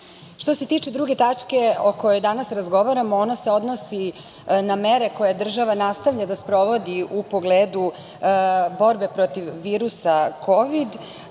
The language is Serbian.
se tiče druge tačke o kojoj danas razgovaramo, ona se odnosi na mere koje država nastavlja da sprovodi u pogledu borbe protiv virusa kovid.